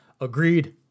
Agreed